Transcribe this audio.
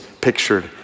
pictured